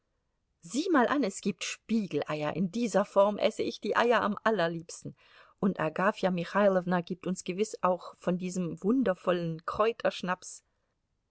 sieh mal an es gibt spiegeleier in dieser form esse ich die eier am allerliebsten und agafja michailowna gibt uns gewiß auch von diesem wundervollen